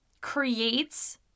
creates